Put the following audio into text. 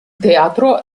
teatro